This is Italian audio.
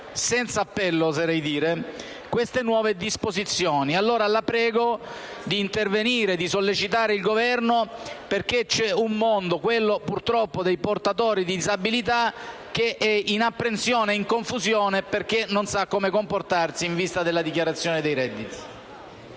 senza appello - oserei dire - queste nuove disposizioni. La prego di intervenire e di sollecitare il Governo perché c'è un mondo, quello, purtroppo, dei portatori di disabilità, che è in apprensione e in confusione perché non sa come comportarsi in vista della dichiarazione dei redditi.